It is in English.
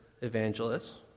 evangelists